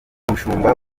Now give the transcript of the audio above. umushumba